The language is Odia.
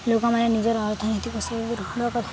ଲୋକମାନେ ନିଜର ଅର୍ଥନୀତିକ